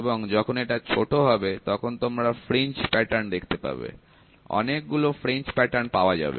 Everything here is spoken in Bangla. এবং যখন এটা ছোট হবে তখন তোমরা ফ্রিঞ্জ প্যাটার্ন দেখতে পাবে অনেকগুলো ফ্রিঞ্জ প্যাটার্ন পাওয়া যাবে